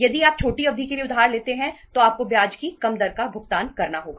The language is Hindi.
यदि आप छोटी अवधि के लिए उधार लेते हैं तो आपको ब्याज की कम दर का भुगतान करना होगा